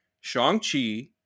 Shang-Chi